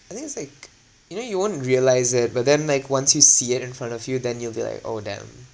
I think it's like you know you won't realise it but then like once you see it in front of you then you'll be like oh damn